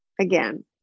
again